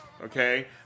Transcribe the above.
Okay